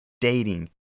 dating